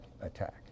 attack